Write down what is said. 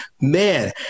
Man